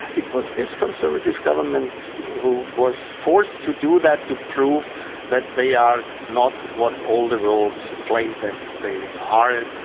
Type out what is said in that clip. it was this conservative government who was forced to do that to prove that they are not what all the world claimed that they are, ah